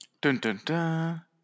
Dun-dun-dun